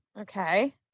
Okay